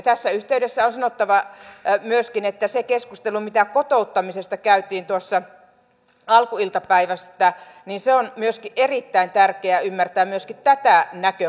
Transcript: tässä yhteydessä on sanottava myöskin että se keskustelu mitä kotouttamisesta käytiin tuossa alkuiltapäivästä on myöskin erittäin tärkeä ymmärtää tätä näkökantaa vasten